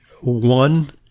one